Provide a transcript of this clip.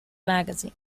magazine